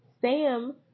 Sam